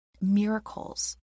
miracles